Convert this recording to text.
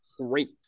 great